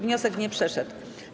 Wniosek nie przeszedł.